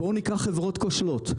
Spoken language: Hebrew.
בוא ניקח חברות כושלות,